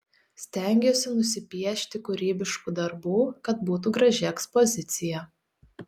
stengiuosi nusipiešti kūrybiškų darbų kad būtų graži ekspozicija